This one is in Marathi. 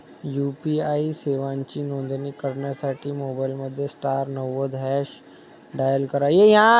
यू.पी.आई सेवांची नोंदणी करण्यासाठी मोबाईलमध्ये स्टार नव्वद हॅच डायल करा